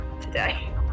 today